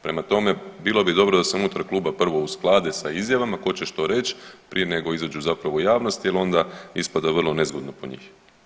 Prema tome, bilo bi dobro da se unutar kluba prvo usklade sa izjavama tko će što reći prije nego izađu zapravo u javnost jer onda ispada vrlo nezgodno po njih.